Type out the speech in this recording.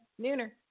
Nooner